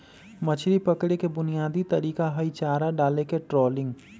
मछरी पकड़े के बुनयादी तरीका हई चारा डालके ट्रॉलिंग